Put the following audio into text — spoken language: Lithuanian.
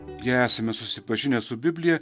jei esame susipažinę su biblija